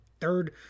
third